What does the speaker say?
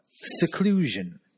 seclusion